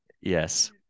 Yes